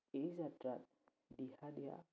এই যাত্ৰাত দিহা দিয়া